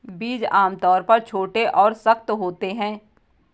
बीज आमतौर पर छोटे और सख्त होते हैं